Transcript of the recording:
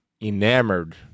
enamored